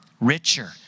richer